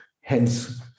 hence